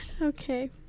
okay